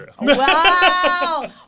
Wow